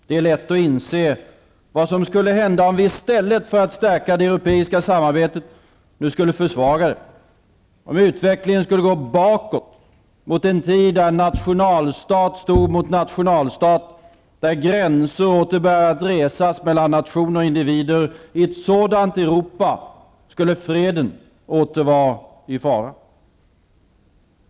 Det är lätt att inse vad som skulle hända, om vi i stället för att stärka det europeiska samarbetet nu skulle försvaga det. Utvecklingen skulle gå bakåt mot en tid där nationalstat stod mot nationalstat, där gränser åter börjat resas mellan nationer och individer. I ett sådant Europa skulle freden åter vara i fara.